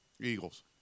Eagles